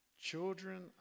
children